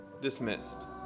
dismissed